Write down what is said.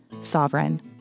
Sovereign